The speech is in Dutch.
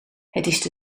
het